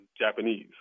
Japanese